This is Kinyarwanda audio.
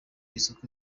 isoko